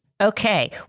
Okay